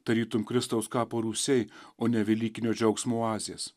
tarytum kristaus kapo rūsiai o ne velykinio džiaugsmo oazės